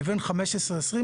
לבין 15-20 דקות במרחב הכפרי.